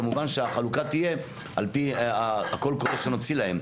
כמובן שהחלוקה תהיה על פי הקול קורא שנוציא להם,